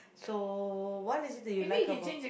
so what is it that you like about